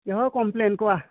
কিহৰ কম্প্লেইণ কোৱা